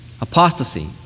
apostasy